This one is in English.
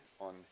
on